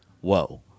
whoa